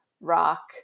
rock